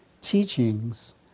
teachings